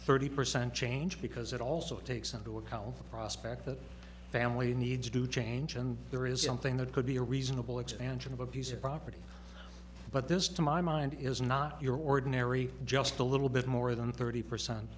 thirty percent change because it also takes into account the prospect that family needs to change and there is something that could be a reasonable expansion of a piece of property but this to my mind is not your ordinary just a little bit more than thirty percent